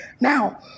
Now